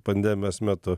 pandemijos metu